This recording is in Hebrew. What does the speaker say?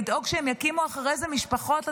לדאוג שהם יקימו משפחות אחרי זה,